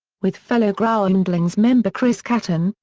with fellow groundlings member chris kattan,